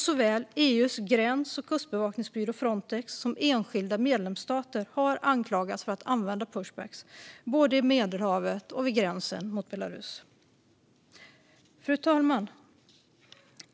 Såväl EU:s gräns och kustbevakningsbyrå Frontex som enskilda medlemsstater har anklagats för att använda pushbacks både i Medelhavet och vid gränsen mot Belarus. Fru talman!